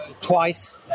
twice